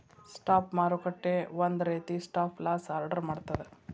stop ಮಾರುಕಟ್ಟೆ ಒಂದ ರೇತಿ ಸ್ಟಾಪ್ ಲಾಸ್ ಆರ್ಡರ್ ಮಾಡ್ತದ